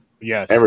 Yes